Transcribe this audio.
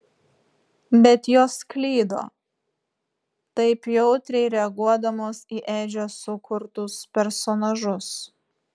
bet jos klydo taip jautriai reaguodamos į edžio sukurtus personažus